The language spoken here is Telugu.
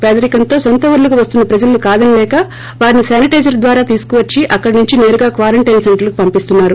పేదరికంతో నొంత ఊర్లకు వస్తున్న ప్రజలను కాదనలేక వారిని శానిటైజర్ ద్వారా తీసుకుని వచ్చి అక్కడ నుంచి సేరుగా క్వారంటైన్ సెంటర్లకు పంపిస్తున్నారు